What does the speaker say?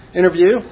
interview